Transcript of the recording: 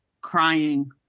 crying